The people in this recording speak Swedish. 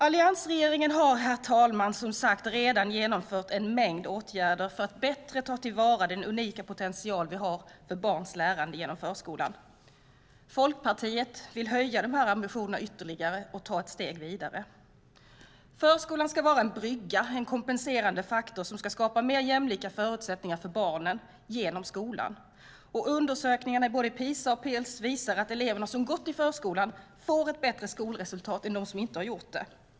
Alliansregeringen har som sagt redan genomfört en mängd åtgärder för att bättre ta till vara den unika potential vi har för barns lärande genom förskolan. Folkpartiet vill höja ambitionerna ytterligare och gå längre. Förskolan ska vara en brygga, en kompenserande faktor som ska skapa mer jämlika förutsättningar för barnen genom skolan. Undersökningar i både PISA och Pirls visar att elever som gått i förskola får bättre skolresultat än de som inte gjort det.